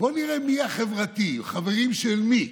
בוא נראה מי החברתי, חברים של מי.